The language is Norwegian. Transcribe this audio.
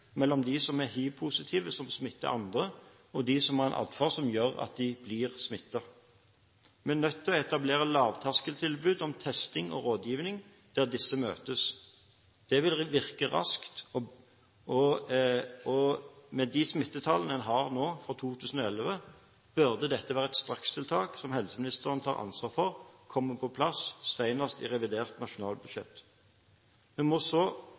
mellom de som er hivpositive som smitter andre, og de som har en atferd som gjør at de blir smittet. Vi er nødt til å etablere lavterskeltilbud om testing og rådgivning der disse møtes. Det vil virke raskt, og med de smittetallene en har nå for 2011, bør dette være et strakstiltak som helseministeren tar ansvar for kommer på plass senest i revidert nasjonalbudsjett. Vi må